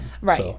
Right